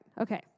Okay